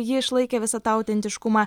ji išlaikė visą tą autentiškumą